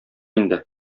инде